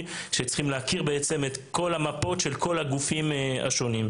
שצריכים להכיר למעשה את כל המפות של כל הגופים השונים.